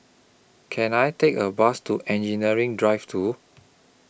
Can I Take A Bus to Engineering Drive two